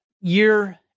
Year